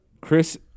Chris